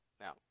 Now